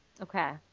Okay